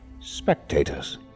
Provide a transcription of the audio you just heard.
spectators